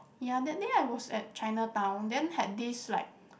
ya that day I was at Chinatown then had this like